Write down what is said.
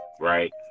right